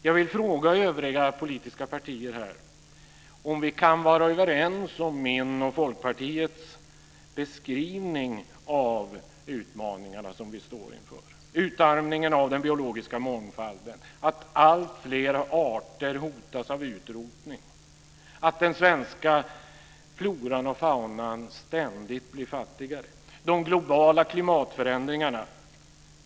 Jag vill fråga övriga politiska partier här om vi kan vara överens om min och Folkpartiets beskrivning av utmaningarna som vi står inför; utarmningen av den biologiska mångfalden, alltfler arter som hotas av utrotning, den svenska floran och faunan som ständigt blir fattigare och de globala klimatförändringarna.